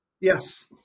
Yes